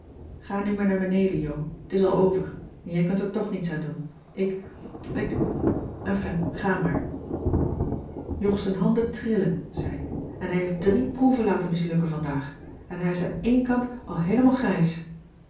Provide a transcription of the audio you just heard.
ga nu maar naar beneden jo t is al over en jij kunt er toch niets aan doen ik ik enfin ga maar jog z'n handen trillen zei ik en hij heeft drie proeven laten mislukken vandaag en hij is aan éen kant al heelemaal grijs